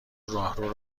راهرو